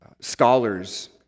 Scholars